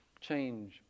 change